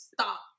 stop